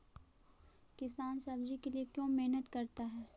किसान सब्जी के लिए क्यों मेहनत करता है?